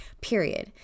Period